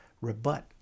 rebut